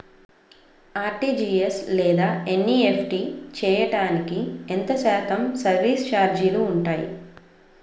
RTGS లేదా NEFT చేయడానికి ఎంత శాతం సర్విస్ ఛార్జీలు ఉంటాయి?